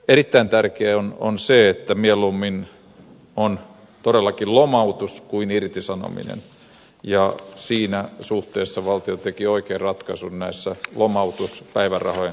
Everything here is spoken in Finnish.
erittäin tärkeää on se että mieluummin on todellakin lomautus kuin irtisanominen ja siinä suhteessa valtio teki oikean ratkaisun lomautuspäivärahojen rahoituksessa